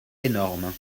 énorme